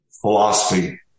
philosophy